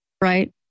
right